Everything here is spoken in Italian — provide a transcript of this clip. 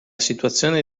situazione